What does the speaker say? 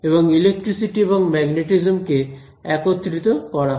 এবং ইলেকট্রিসিটি এবং ম্যাগনেটিজম কে একত্রিত করা হয়